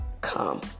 come